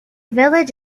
village